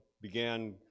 began